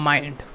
Mind